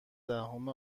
دهم